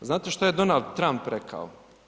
Znate što je Donald Trump rekao?